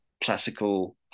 classical